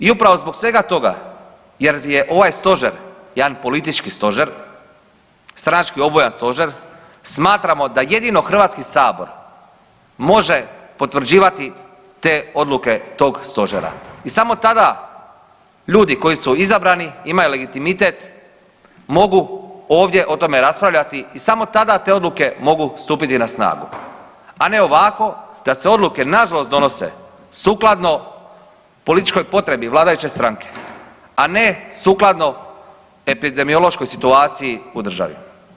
I upravo zbog svega toga jer je ovaj stožer jedan politički stožer, stranački obojan stožer smatramo da jedino HS može potvrđivati te odluke tog stožera i samo tada ljudi koji su izabrani imaju legitimitet, mogu ovdje o tome raspravljati i samo tada te odluke mogu stupiti na snagu, a ne ovako da se odluke nažalost donose sukladno političkoj potrebi vladajuće stranke, a ne sukladno epidemiološkoj situaciji u državi.